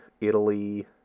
italy